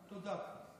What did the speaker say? תודה.